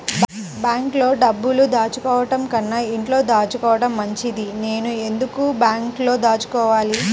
బ్యాంక్లో డబ్బులు దాచుకోవటంకన్నా ఇంట్లో దాచుకోవటం మంచిది నేను ఎందుకు బ్యాంక్లో దాచుకోవాలి?